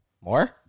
More